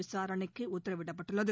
விசாரணைக்கு உத்தரவிடப்பட்டுள்ளது